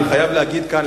אני חייב להגיד כאן,